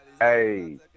Hey